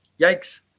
Yikes